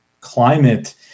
climate